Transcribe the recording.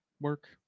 Work